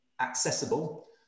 accessible